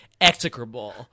execrable